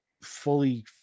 fully